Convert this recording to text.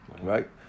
Right